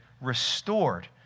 restored